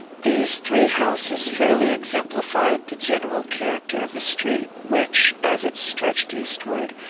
these three houses fairly exemplified the general character of the street, which, as it stretched eastward,